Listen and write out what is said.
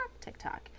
TikTok